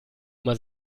immer